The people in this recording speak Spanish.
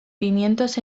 pimientos